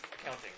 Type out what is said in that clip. Accounting